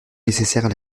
nécessaires